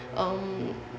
um